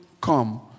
come